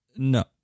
No